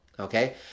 Okay